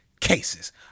cases